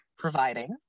providing